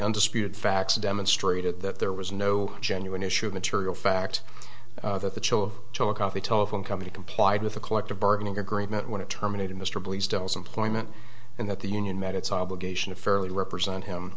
undisputed facts demonstrated that there was no genuine issue of material fact that the chill of the telephone company complied with the collective bargaining agreement when it terminated mr bleasdale employment and that the union met its obligation of fairly represent him